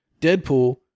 Deadpool